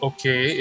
Okay